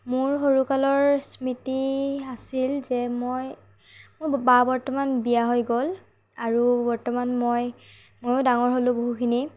মোৰ সৰু কালৰ স্মৃতি আছিল যে মই মোৰ বা বৰ্তমান বিয়া হৈ গ'ল আৰু বৰ্তমান মই মইও ডাঙৰ হ'লো বহুখিনি